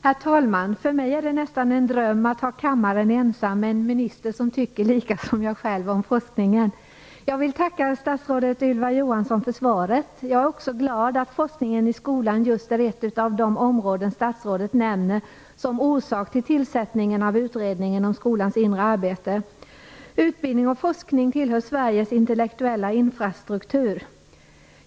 Herr talman! För mig är det nästan en dröm att ha kammaren ensam med en minister som tycker som jag om forskningen. Jag vill tacka statsrådet Ylva Johansson för svaret. Jag är också glad att forskningen i skolan just är ett av de områden statsrådet nämner som orsak till tillsättningen av utredningen om skolans inre arbete. Utbildning och forskning tillhör Sveriges intellektuella infrastruktur.